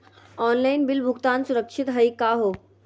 Online bill भुगतान सुरक्षित हई का हो?